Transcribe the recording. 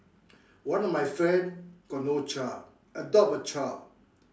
one of my friend got no child adopt a child